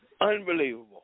Unbelievable